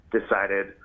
decided